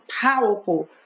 powerful